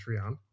Patreon